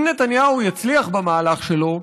אם נתניהו יצליח במהלך שלו,